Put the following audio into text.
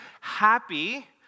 Happy